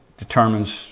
determines